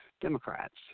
Democrats